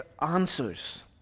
answers